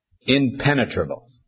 impenetrable